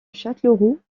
châtellerault